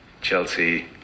Chelsea